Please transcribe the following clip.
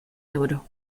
euro